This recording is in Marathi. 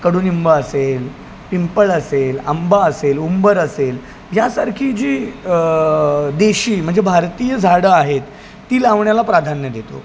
कडुनिंब असेल पिंपळ असेल आंबा असेल उंबर असेल यासारखी जी देशी म्हणजे भारतीय झाडं आहेत ती लावण्याला प्राधान्य देतो